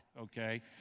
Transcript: okay